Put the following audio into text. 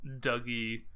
dougie